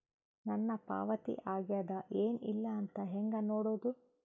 ನನ್ನ ಪಾವತಿ ಆಗ್ಯಾದ ಏನ್ ಇಲ್ಲ ಅಂತ ಹೆಂಗ ನೋಡುದು?